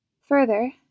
Further